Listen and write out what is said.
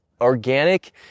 Organic